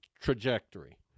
trajectory